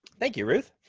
thank you, ruth.